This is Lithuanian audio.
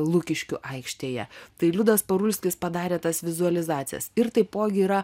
lukiškių aikštėje tai liudas parulskis padarė tas vizualizacijas ir taipogi yra